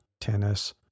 tennis